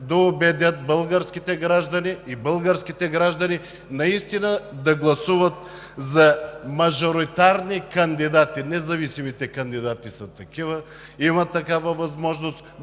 да убедят българските граждани и те наистина да гласуват за мажоритарни кандидати – независимите кандидати са такива, има такава възможност